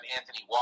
Anthony